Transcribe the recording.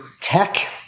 tech